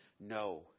No